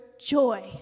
joy